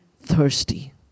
thirsty